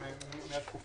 ראיתי שיש בעיה שהמדינה לא